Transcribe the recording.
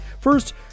First